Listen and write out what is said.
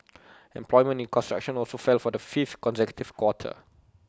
employment in construction also fell for the fifth consecutive quarter